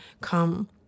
come